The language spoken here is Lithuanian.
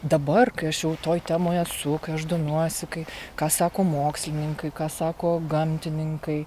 dabar kai aš jau toj temoj esu kai aš domiuosi kai ką sako mokslininkai ką sako gamtininkai